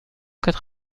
quatre